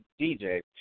DJ